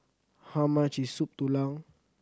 how much is Soup Tulang